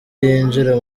yinjira